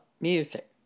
music